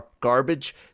garbage